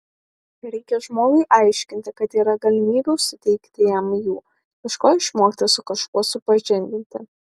reikia žmogui aiškinti kad yra galimybių suteikti jam jų kažko išmokti su kažkuo supažindinti